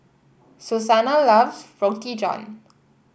Susanna loves Roti John